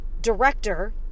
director